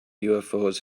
ufos